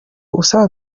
usaba